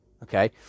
Okay